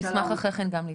אני אשמח אחרי כן גם להתייחס.